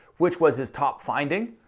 which was his top finding,